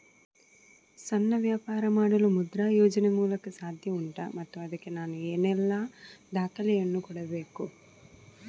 ಸಣ್ಣ ವ್ಯಾಪಾರ ಮಾಡಲು ಮುದ್ರಾ ಯೋಜನೆ ಮೂಲಕ ಸಾಧ್ಯ ಉಂಟಾ ಮತ್ತು ಅದಕ್ಕೆ ನಾನು ಏನೆಲ್ಲ ದಾಖಲೆ ಯನ್ನು ಕೊಡಬೇಕು?